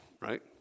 Right